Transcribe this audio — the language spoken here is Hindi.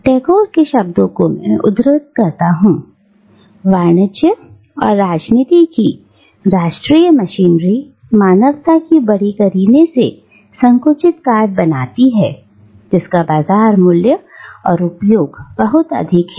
टैगोर की शब्दों में मैं उद्धृत करता हूं " वाणिज्य और राजनीति की राष्ट्रीय मशीनरी मानवता की बड़े करीने से संकुचित कार्ड बनाती है जिसका बाजार मूल्य और उपयोग बहुत अधिक है